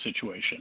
situation